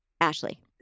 Ashley